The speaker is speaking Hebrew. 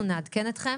אנחנו נעדכן אתכם.